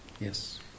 Yes